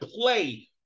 play